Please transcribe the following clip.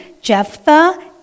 Jephthah